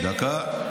דקה.